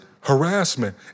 harassment